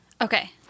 Okay